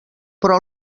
però